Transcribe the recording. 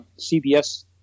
CBS